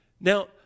Now